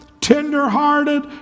tenderhearted